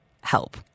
help